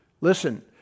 Listen